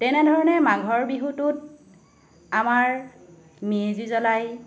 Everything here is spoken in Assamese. তেনেধৰণে মাঘৰ বিহুটোত আমাৰ মেজি জ্বলায়